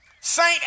saint